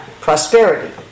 prosperity